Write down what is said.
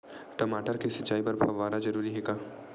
टमाटर के सिंचाई बर फव्वारा जरूरी हे का?